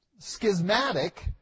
schismatic